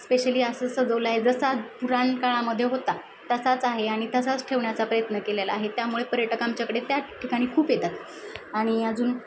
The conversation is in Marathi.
स्पेशली असं सजवलं आहे जसा पुराण काळामध्ये होता तसाच आहे आणि तसाच ठेवण्याचा प्रयत्न केलेला आहे त्यामुळे पर्यटक आमच्याकडे त्या ठिकाणी खूप येतात आणि अजून